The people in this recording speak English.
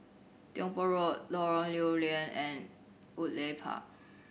Tiong Poh Road Lorong Lew Lian and Woodleigh Park